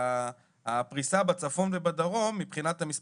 הפריסה בצפון ובדרום מבחינת המספר